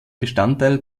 bestandteil